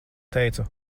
teicu